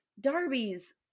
Darby's